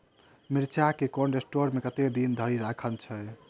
मिर्चा केँ cold store मे कतेक दिन धरि राखल छैय?